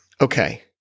Okay